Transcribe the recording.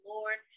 Lord